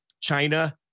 China